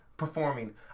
Performing